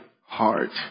heart